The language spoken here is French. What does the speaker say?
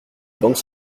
banques